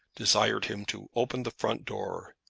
desired him to open the front door.